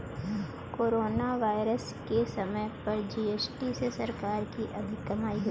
corona virus के समय पर जी.एस.टी से सरकार की कमाई अधिक हुई